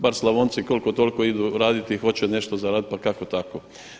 Bar Slavonci koliko toliko idu raditi i hoće nešto zaraditi pa kako tako.